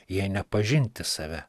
jei ne pažinti save